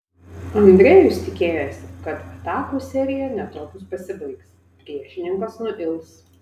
andrejus tikėjosi kad atakų serija netrukus pasibaigs priešininkas nuils